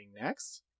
next